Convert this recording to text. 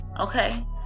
okay